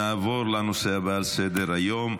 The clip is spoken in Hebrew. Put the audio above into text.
נעבור לנושא הבא על סדר-היום,